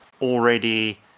already